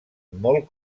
molt